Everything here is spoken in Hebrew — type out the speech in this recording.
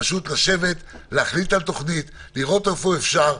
שבו, תחליטו על תוכנית ותראו איפה שאפשר.